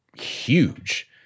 huge